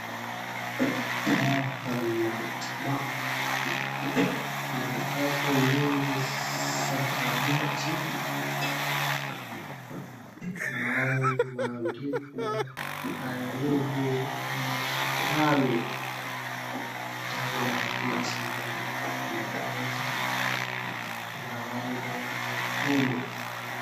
Hapa ni maktaba, kuna vitabu mingi za hadithi ambayo imeandikwa Ayubu Mashakani kitabu la hadithi la wanafunzi la rangi ya nyekundu.